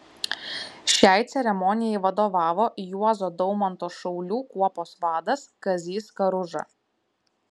šiai ceremonijai vadovavo juozo daumanto šaulių kuopos vadas kazys karuža